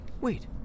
wait